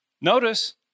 Notice